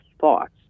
thoughts